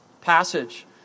passage